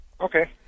Okay